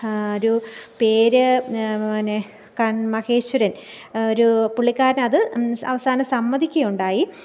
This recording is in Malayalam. രു പേര് നെ കൺ മഹേശ്വരൻ ഒരു പുള്ളിക്കാരൻ അത് അവസാനം സമ്മതിക്കുക ഉണ്ടായി